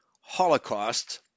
Holocaust